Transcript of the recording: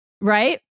right